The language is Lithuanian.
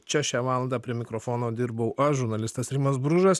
čia šią valandą prie mikrofono dirbau aš žurnalistas rimas bružas